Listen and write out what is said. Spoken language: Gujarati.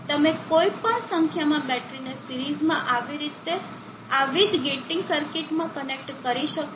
તમે કોઇપણ સંખ્યામાં બેટરીને સીરીઝમાં આ રીતે આવીજ ગેટીંગ સર્કિટમાં કનેક્ટ કરી શકો છો